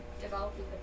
developing